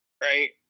right